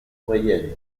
moyenne